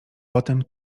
potem